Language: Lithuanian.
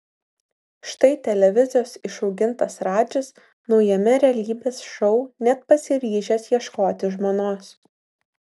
štai televizijos išaugintas radžis naujame realybės šou net pasiryžęs ieškoti žmonos